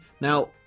Now